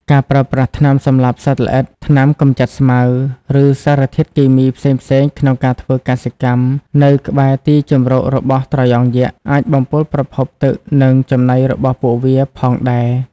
ការប្រើប្រាស់ថ្នាំសម្លាប់សត្វល្អិត ថ្នាំកំចាត់ស្មៅ ឬសារធាតុគីមីផ្សេងៗក្នុងការធ្វើកសិកម្មនៅក្បែរទីជម្រករបស់ត្រយងយក្ស អាចបំពុលប្រភពទឹក និងចំណីរបស់ពួកវាផងដែរ។